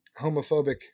homophobic